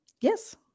Yes